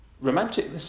Romantic